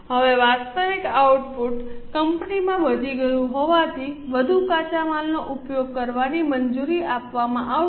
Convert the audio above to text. હવે વાસ્તવિક આઉટપુટ કંપનીમાં વધી ગયું હોવાથી વધુ કાચા માલનો ઉપયોગ કરવાની મંજૂરી આપવામાં આવશે